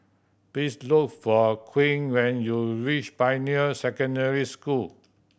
please look for Quinn when you reach Pioneer Secondary School